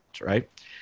right